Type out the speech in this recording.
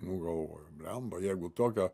nu galvoju bliamba jeigu tokio